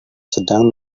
sedang